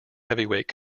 heavyweight